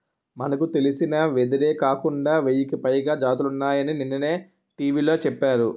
మనకు తెలిసిన వెదురే కాకుండా వెయ్యికి పైగా జాతులున్నాయని నిన్ననే టీ.వి లో చెప్పారు